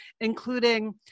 including